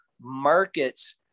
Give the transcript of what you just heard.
markets